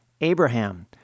Abraham